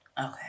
Okay